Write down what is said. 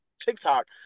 TikTok